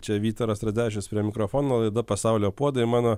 čia vytaras radzevičius prie mikrofono laida pasaulio puodai mano